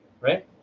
right